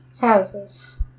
houses